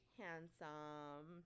handsome